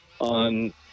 on